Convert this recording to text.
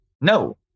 No